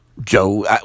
Joe